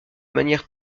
manière